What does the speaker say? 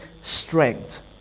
strength